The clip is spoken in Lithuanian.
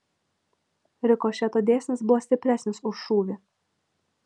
rikošeto dėsnis buvo stipresnis už šūvį